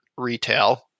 retail